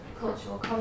cultural